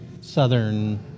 Southern